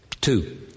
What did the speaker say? Two